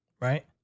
Right